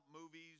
movies